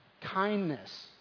Kindness